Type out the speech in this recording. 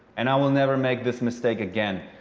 and i will never make this mistake again.